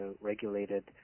regulated